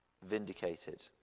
vindicated